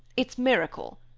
it's miracle!